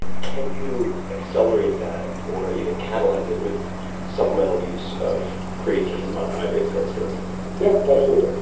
can you accelerate that, or even catalyze it, with supplemental use of creatine? monohydrate, for instance yeah, absolutely.